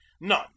None